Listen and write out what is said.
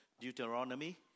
Deuteronomy